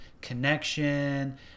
connection